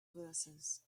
verses